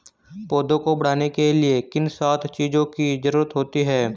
पौधों को बढ़ने के लिए किन सात चीजों की जरूरत होती है?